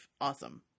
awesome